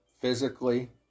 physically